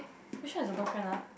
which one is your boyfriend ah